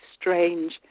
strange